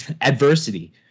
adversity